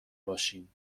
باشیم